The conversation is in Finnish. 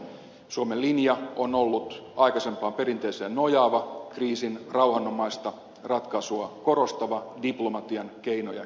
suomen linja on ollut aikaisempaan perinteeseen nojaava kriisin rauhanomaista ratkaisua korostava diplomatian keinoja käyttävä